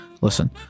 listen